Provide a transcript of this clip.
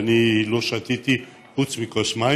אני לא שתיתי היום,